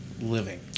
living